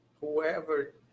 whoever